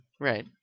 Right